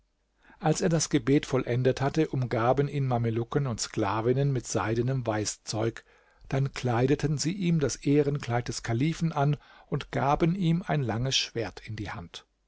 als er das gebet vollendet hatte umgaben ihn mamelucken und sklavinnen mit seidenem weißzeug dann kleideten sie ihm das ehrenkleid des kalifen an und gaben ihm ein langes schwert in die hand